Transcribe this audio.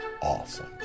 awesome